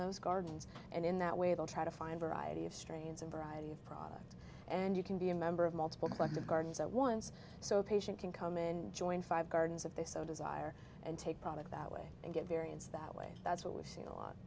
those gardens and in that way they'll try to find variety of strains and variety of product and you can be a member of multiple collective gardens at once so a patient can come in and join five gardens if they so desire and take product that way and get variance that way that's what we see a lot